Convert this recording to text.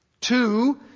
Two